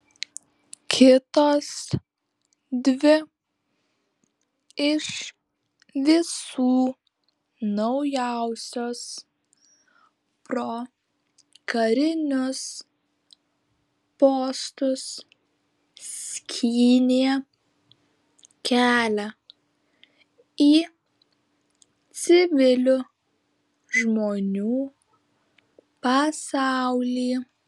kitos dvi iš visų naujausios pro karinius postus skynė kelią į civilių žmonių pasaulį